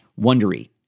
Wondery